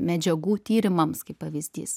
medžiagų tyrimams kaip pavyzdys